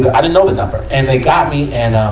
i didn't know the number. and they got me. and,